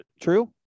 true